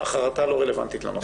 החרטה לא רלוונטית לנושא.